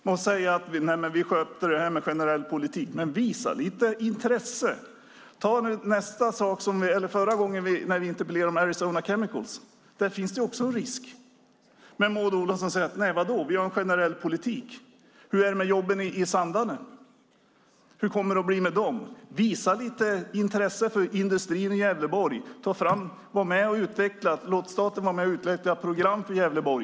Maud säger att regeringen sköter detta med generell politik. Men visa lite intresse! Förra gången hade vi en interpellationsdebatt om Arizona Chemical. Där finns också en risk. Men Maud Olofsson säger: Nej, vad då? Vi har en generell politik. Hur är det med jobben i Sandarne? Hur kommer det att bli med dem? Visa lite intresse för industrin i Gävleborg! Låt staten vara med och utveckla program för Gävleborg!